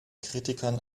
kritikern